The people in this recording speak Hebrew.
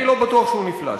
אני לא בטוח שהוא נפלש.